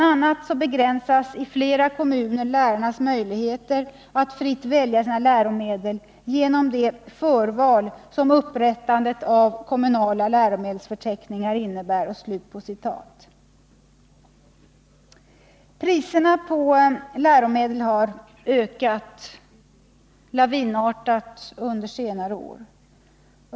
a. begränsas i flera kommuner lärarnas möjligheter att fritt välja sina läromedel genom det förval som upprättandet av kommunala läromedelsförteckningar innebär.” Priserna på läromedel har ökat lavinartat under senare år.